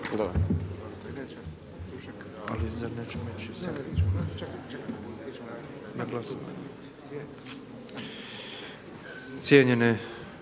Cijenjene